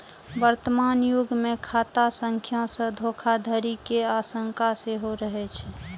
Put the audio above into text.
वर्तमान युग मे खाता संख्या सं धोखाधड़ी के आशंका सेहो रहै छै